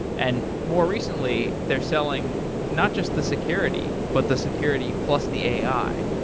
and more recently, they're selling not just the security but the security plus the ai,